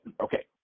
Okay